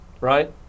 right